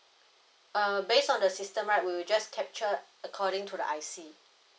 uh based on the system right we'll just capture according to the I_C